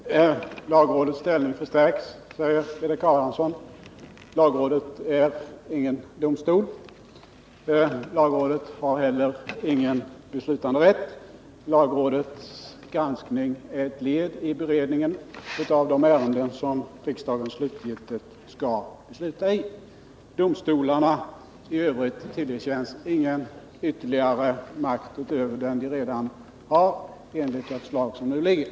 Herr talman! Lagrådets ställning förstärks, säger Erik Adamsson. Lagrådet är ingen domstol. Lagrådet har heller ingen beslutanderätt. Lagrådets granskning är ett led i beredningen av de ärenden som riksdagen slutgiltigt skall besluta i. Domstolarna i övrigt tillerkänns enligt det förslag som nu föreligger ingen ytterligare makt utöver den de redan har.